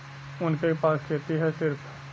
उनके पास खेती हैं सिर्फ